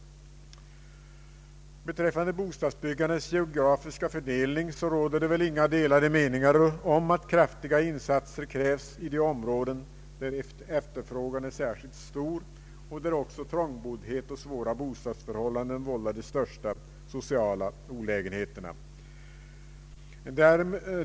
Beträffande bostadsbyggandets geografiska fördelning råder det väl inga delade meningar om att kraftiga insatser krävs i de områden där efterfrågan är särskilt stor och där också trångboddhet och svåra bostadsförhållanden vållar de största sociala olägenheterna.